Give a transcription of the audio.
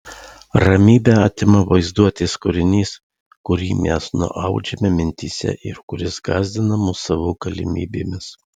ramybę atima vaizduotės kūrinys kurį mes nuaudžiame mintyse ir kuris gąsdina mus savo galimybėmis